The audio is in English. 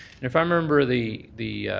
if i remember the the